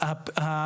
המשך